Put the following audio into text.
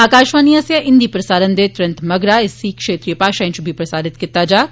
आकाशवाणी आसेआ हिंदी प्रसारण दे तुरत मगरा इसी क्षेत्रिय माषाएं च बी प्रसारित कीता जाग